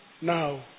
Now